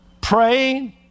Praying